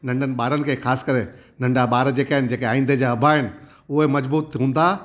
नंढनि ॿारनि खे ख़ासि करे नंढा ॿार जेके आहिनि जेके आईंदह जा अबा आहिनि उहे मज़बूत हूंदा